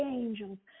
angels